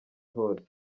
hose